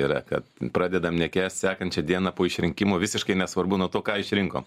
yra kad pradedam nekęst sekančią dieną po išrinkimo visiškai nesvarbu nuo to ką išrinkom